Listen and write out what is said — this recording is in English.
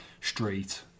Street